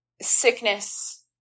sickness